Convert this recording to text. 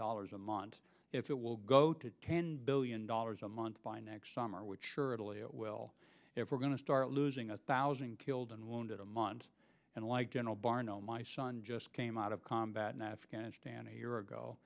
dollars a month if it will go to ten billion dollars a month by next summer which surely it will if we're going to start losing a thousand killed and wounded a month and like general barno my son just came out of combat in afghanistan a year ago